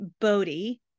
Bodhi